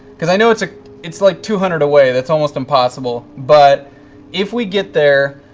because i know it's ah it's like two hundred away, that's almost impossible, but if we get there,